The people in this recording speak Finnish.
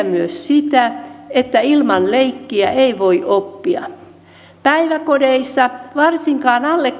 myös sitä että ilman leikkiä ei voi oppia päiväkodeissa varsinkaan alle